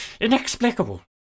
Inexplicable